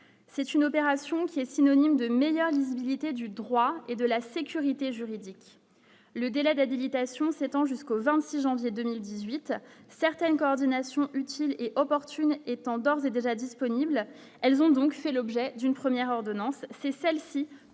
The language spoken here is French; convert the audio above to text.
c'est une opération qui est synonyme de meilleure lisibilité du droit et de la sécurité juridique, le délai d'habilitation s'étend jusqu'au 26 janvier 2018 certaines coordination et opportune étant d'ores et déjà disponible, elles ont donc c'est l'objet d'une première ordonnance c'est celle-ci